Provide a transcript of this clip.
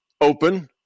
open